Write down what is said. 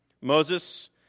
Moses